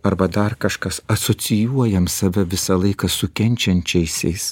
arba dar kažkas asocijuojam save visą laiką su kenčiančiaisiais